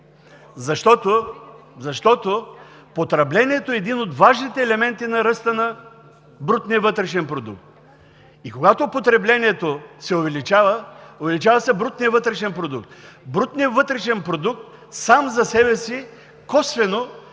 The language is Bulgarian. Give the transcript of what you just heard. Защото потреблението е един от важните елементи на ръста на брутния вътрешен продукт и когато потреблението се увеличава – увеличава се брутният вътрешен продукт. Брутният вътрешен продукт сам за себе си косвено